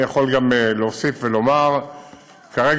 אני יכול להוסיף ולומר שכרגע,